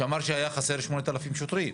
הוא אמר שחסרים 8,000 שוטרים.